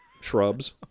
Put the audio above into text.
shrubs